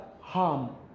harm